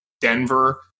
Denver